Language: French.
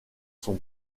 son